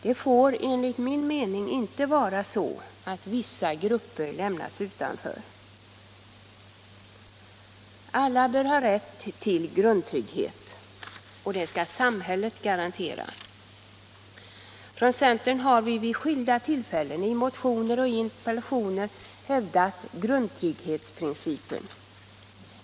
Det får enligt min mening inte bli så att vissa grupper lämnas utanför. Alla bör alltså ha rätt till grundtrygghet, och den skall samhället garantera. Från centern har vi vid skilda tillfällen i motioner och interpellationer hävdat grundtrygghetsprincipen.